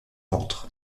ventre